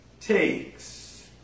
takes